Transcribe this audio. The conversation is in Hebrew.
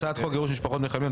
3. הצעת חוק גירוש משפחות מחבלים,